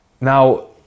Now